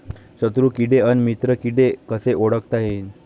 शत्रु किडे अन मित्र किडे कसे ओळखता येईन?